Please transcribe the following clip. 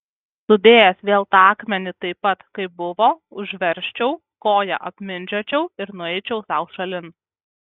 sudėjęs vėl tą akmenį taip pat kaip buvo užversčiau koja apmindžiočiau ir nueičiau sau šalin